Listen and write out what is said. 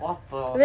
what the